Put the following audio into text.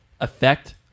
effect